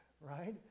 Right